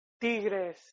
Tigres